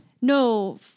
No